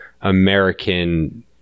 American